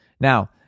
Now